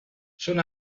són